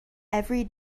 every